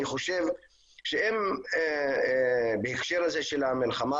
אני חושב שבהקשר הזה של המלחמה